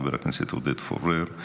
חבר הכנסת עודד פורר,